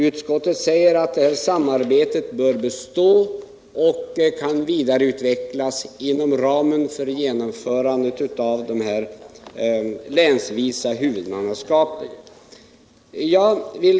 Utskottet säger att samarbetet bör bestå och kan vidareutvecklas inom ramen för genomförandet av en organisation som innebär att huvudmannaskapet fördelas länsvis.